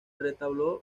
retablo